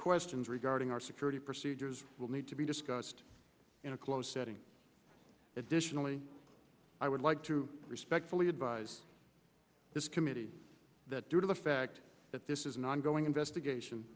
questions regarding our security procedures will need to be discussed in a closed setting additionally i would like to respectfully advise this committee that due to the fact that this is an ongoing investigation